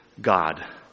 God